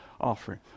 offering